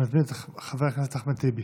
אני מזמין את חבר הכנסת אחמד טיבי.